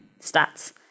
stats